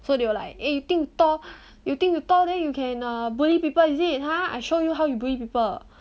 so they were like eh you think tall you think you tall then you can err bully people is it ha I show you how you bully people